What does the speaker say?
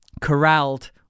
corralled